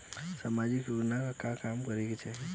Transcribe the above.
सामाजिक योजना में का काम करे के चाही?